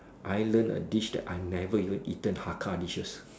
I learn a dish that I never even eaten Hakka dishes